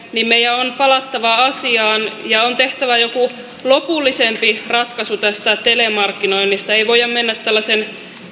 meidän on palattava asiaan ja on tehtävä joku lopullisempi ratkaisu tästä telemarkkinoinnista ei voida mennä tällaisen